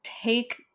Take